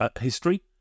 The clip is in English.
history